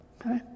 Okay